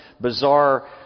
bizarre